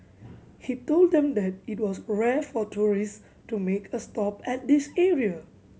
he told them that it was rare for tourist to make a stop at this area